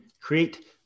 create